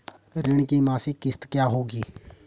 ऋण की मासिक किश्त क्या होगी?